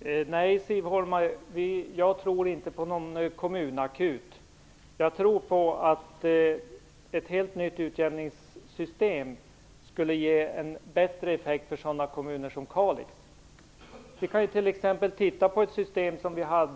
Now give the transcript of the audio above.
Herr talman! Nej, Siv Holma, jag tror inte på någon kommunakut. Jag tror på att ett helt nytt utjämningssystem skulle ge en bättre effekt för sådana kommuner som t.ex. Kalix. Med exempelvis det system som vi har haft